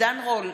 עידן רול,